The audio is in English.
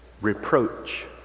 reproach